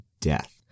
death